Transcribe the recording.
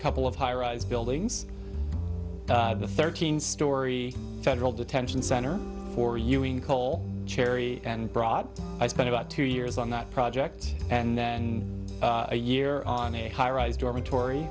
couple of high rise buildings of the thirteen story federal detention center for using coal cherry and broad i spent about two years on that project and then a year on a high rise dormitory